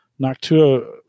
Noctua